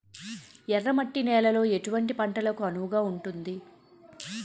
ఎర్ర మట్టి నేలలో ఎటువంటి పంటలకు అనువుగా ఉంటుంది?